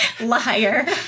Liar